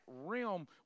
realm